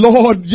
Lord